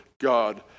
God